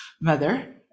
mother